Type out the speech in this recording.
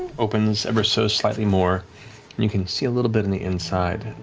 opens, ever so slightly more, and you can see a little bit, in the inside.